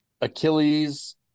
Achilles